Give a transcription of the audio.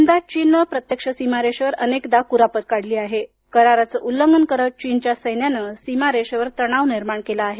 यंदा चीनने प्रत्यक्ष सीमारेषेवर अनेकदा कुरापत काढली आहे कराराचे उल्लंघन करत चीनच्या सैन्यानं सीमारेषेवर तणाव निर्माण केला आहे